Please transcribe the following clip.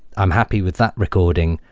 i'm happy with that recoding.